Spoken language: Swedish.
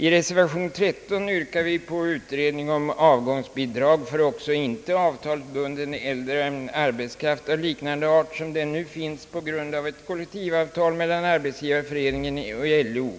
I reservation 13 begär vi utredning om avgångsbidrag för även inte avtalsbunden äldre arbetskraft av liknande art som det som nu finns på grund av kollektivavtal mellan Arbetsgivareföreningen och LO,